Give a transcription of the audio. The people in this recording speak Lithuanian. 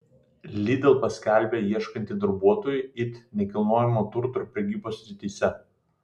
lidl paskelbė ieškanti darbuotojų it nekilnojamojo turto ir prekybos srityse